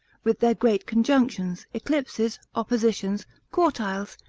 with their great conjunctions, eclipses, oppositions, quartiles,